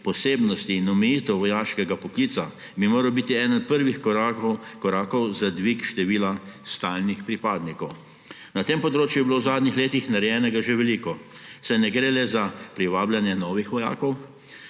posebnosti in omejitev vojaškega poklica bi moral biti eden od prvih korakov za dvig števila stalnih pripadnikov. Na tem področju je bilo v zadnjih letih narejenega že veliko, saj ne gre le za privabljanje novih vojakov,